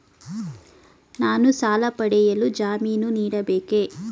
ನಾನು ಸಾಲ ಪಡೆಯಲು ಜಾಮೀನು ನೀಡಬೇಕೇ?